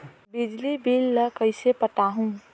बिजली बिल ल कइसे पटाहूं?